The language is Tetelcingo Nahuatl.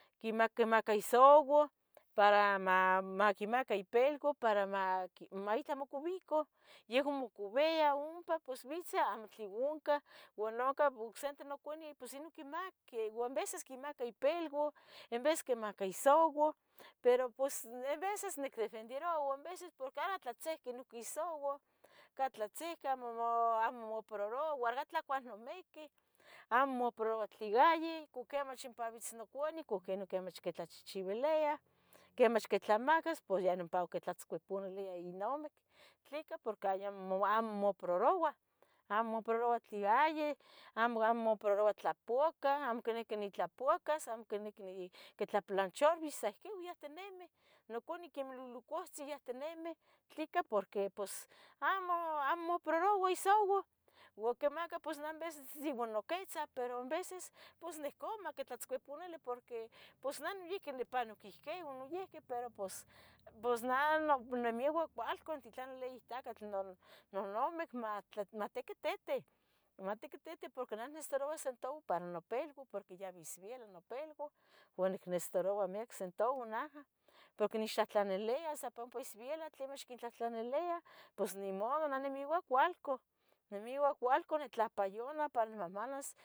quima quimaca isouau, para ma maquimaca ipilua para maqui para itla mocubica, yehua mocubia ompa pos bitzeh acmo tle ohcah. Ua ohca nocsente noconeu pos noquimac pos enveces quimaca ipilua en veces quimaca isouau, pero pos en veces nicdefenderoua ua en veces a porque tlahtzihqui noihqui isouau, ca tlatzihqui amo mo amo mopororua ua tlacua nomiquih amo mopororua tli gayih, cuquemach ompabitz noconeu nuqui cuquemach quitlachichibiliah, quemach quitlamacas pos yeh nompa quitlazcuipunilia inamic, tleca porque ayamo amo mopororua, amo mopororua tli gayih, amo amo mopororua tlapouaca, amo quiniqui nitlapouacas, amo quiniqui ni quitlaplancharbis, sa ihquiu yauhtinemi, noconeu quimi luhlucohtzin yahtinimi, tleca porque pos amo amo mopororua isouau, ua quimaca pos neh en veces yehua noquitza, pero en veces pos nihcoua maquitlatzcuipunili porqui pos neh noihqui onipanoc ihquin noihqui pero pos, pos neh nop nimeua cualcan in titlanilia ihtacatl no nonamic matl matiquititiu matiquititi porque neh nicnecesitaroua centavo para nopilua porque yabih esbiela nopilua ua nic necesitaroua miac centavo naha, porque nech tlahtlaniliah sehpa ompa ibiela tlemach quintlahtlaniliah, pos nimodo, neh nimeua cualca, neh nimeua cualca nitlopayona para in mahmanas